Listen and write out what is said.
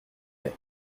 mai